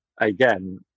again